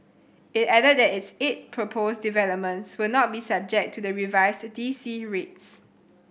it added that its eight proposed developments will not be subject to the revised D C rates